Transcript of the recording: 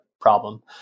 problem